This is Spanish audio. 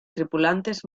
tripulantes